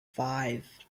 five